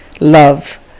love